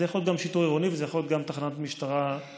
זה יכול להיות גם שיטור עירוני וזה יכול להיות גם תחנת משטרה כחולה,